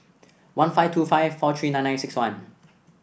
one five two five four three nine nine six one